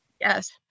Yes